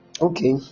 okay